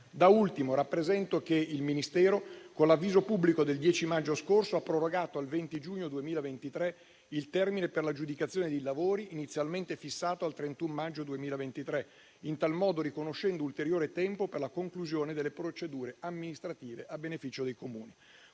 Da ultimo rappresento che il Ministero, con l'avviso pubblico del 10 maggio scorso, ha prorogato al 20 giugno 2023 il termine per l'aggiudicazione di lavori inizialmente fissato al 31 maggio 2023, in tal modo riconoscendo ulteriore tempo per la conclusione delle procedure amministrative a beneficio dei Comuni.